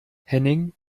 henning